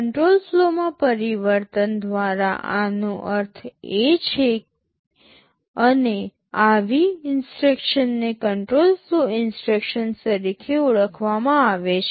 control ફ્લોમાં પરિવર્તન દ્વારા આનો અર્થ એ છે અને આવી ઇન્સટ્રક્શન્સને કંટ્રોલ ફ્લો ઇન્સટ્રક્શન્સ તરીકે ઓળખવામાં આવે છે